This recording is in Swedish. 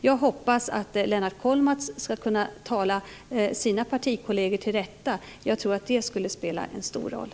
Jag hoppas att Lennart Kollmats ska kunna tala sina partikolleger till rätta. Jag tror att det skulle spela en stor roll.